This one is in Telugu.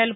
ఎల్